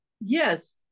yes